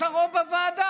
יש לה רוב בוועדה.